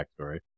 backstory